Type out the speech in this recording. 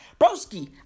broski